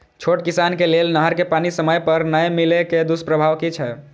छोट किसान के लेल नहर के पानी समय पर नै मिले के दुष्प्रभाव कि छै?